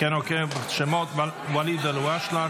אני אקרא את השמות: ואליד אלהואשלה,